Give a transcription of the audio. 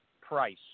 price